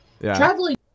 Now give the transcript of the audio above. Traveling